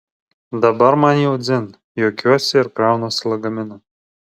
dabar man jau dzin juokiuosi ir kraunuosi lagaminą